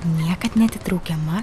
niekad neatitraukiama